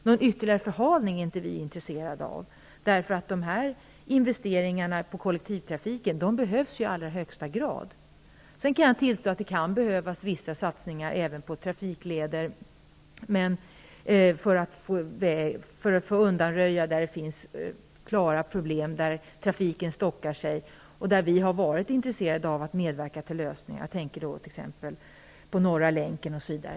Någon ytterligare förhalning är vi inte intresserade av. Dessa investeringar i kollektivtrafiken behövs nämligen i allra högsta grad. Jag kan tillstå att det kan behövas vissa satsningar även på trafikleder för att undanröja klara problem där sådana finns, där trafiken stockar sig, och där vi har varit intresserade av att medverka till lösningar. Jag tänker på t.ex. Norra länken.